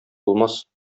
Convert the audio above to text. булмас